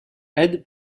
aides